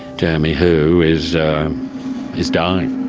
jeremy hu is is dying.